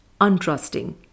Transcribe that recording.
untrusting